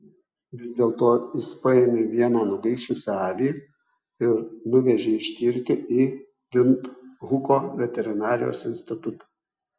vis dėlto jis paėmė vieną nugaišusią avį ir nuvežė ištirti į vindhuko veterinarijos institutą